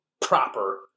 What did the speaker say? proper